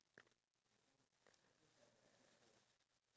the priority seats ya